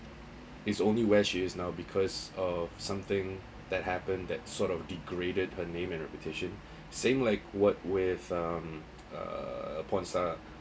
is only where she is now because of something that happened that sort of degraded her name and reputation same like what with um uh porn star